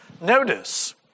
notice